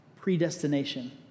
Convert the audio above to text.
predestination